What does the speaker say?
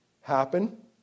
happen